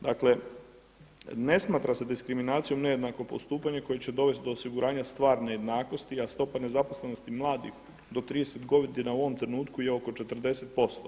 Dakle, ne smatra se diskriminacijom nejednako postupanje koje će dovesti do osiguranja stvarne jednakosti, a stopa nezaposlenosti mladih do 30 godina u ovom trenutku je oko 40%